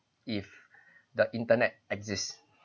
if the internet exists